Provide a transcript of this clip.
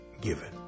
given